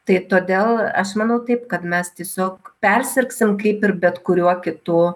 tai todėl aš manau taip kad mes tiesiog persirgsim kaip ir bet kuriuo kitu